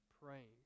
praying